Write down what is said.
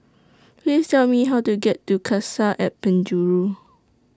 Please Tell Me How to get to Cassia At Penjuru